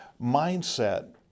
mindset